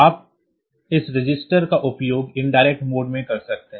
आप इस रजिस्टर का उपयोग indirect मोड में कर सकते हैं